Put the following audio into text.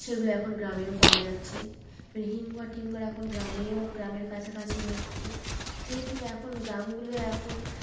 সেগুলো এখন গ্রামেও পাওয়া যাচ্ছে এই হিমঘর টিমঘর এখন গ্রামেও গ্রামের কাছাকাছি হচ্ছে যেহেতু এখন গ্রামগুলো এখন